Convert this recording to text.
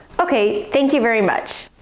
okay, thank you very much.